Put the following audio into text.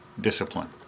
discipline